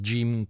Jim